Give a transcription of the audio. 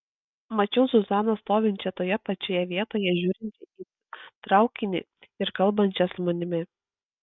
mačiau zuzaną stovinčią toje pačioje vietoje žiūrinčią į traukinį ir kalbančią su manimi